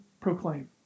proclaim